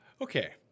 Okay